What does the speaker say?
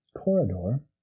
corridor